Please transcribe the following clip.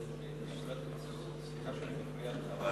סליחה שאני מפריע לך,